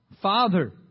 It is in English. Father